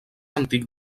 antic